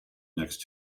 next